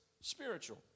spiritual